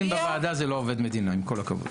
החברים בוועדה הם לא עובדי מדינה, עם כל הכבוד.